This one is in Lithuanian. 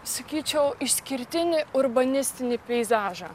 sakyčiau išskirtinį urbanistinį peizažą